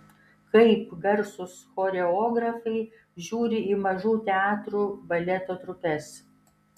kaip garsūs choreografai žiūri į mažų teatrų baleto trupes